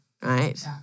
right